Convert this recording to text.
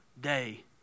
day